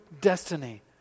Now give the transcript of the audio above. destiny